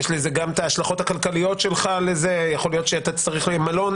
יש לזה גם השלכות כלכליות לזה: אולי צריך מלון,